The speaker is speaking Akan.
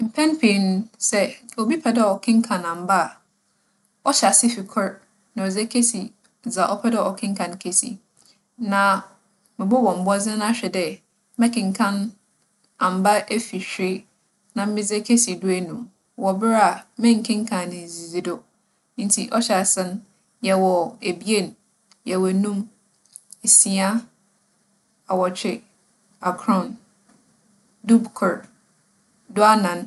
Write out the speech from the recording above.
Mpɛn pii no, sɛ obi pɛ dɛ ͻkenkan amba a, ͻhyɛ ase fi kor na ͻdze ekesi dza ͻpɛ dɛ ͻkenkan kesi. Na mobͻbͻ mbͻdzen ahwɛ dɛ, mɛkenkan amba efi hwee na medze ekesi duenum wͻ ber a mennkenkan no ndzidzido. Ntsi ͻhyɛ ase no, yɛwͻ ebien, yɛwͻ enum, esia, awͻtwe, akron, dukor, duanan.